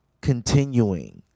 continuing